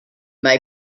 may